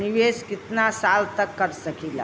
निवेश कितना साल तक कर सकीला?